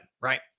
right